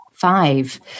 Five